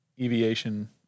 aviation